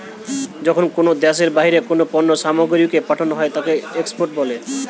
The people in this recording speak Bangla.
যখন কোনো দ্যাশের বাহিরে কোনো পণ্য সামগ্রীকে পাঠানো হই তাকে এক্সপোর্ট বলে